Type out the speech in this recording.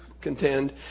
contend